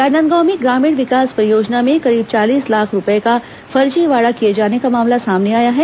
राजनांदगांव में ग्रामीण विकास परियोजना में करीब चालीस लाख रूपए का फर्जीवाड़ा किए जाने का मामला सामने आया है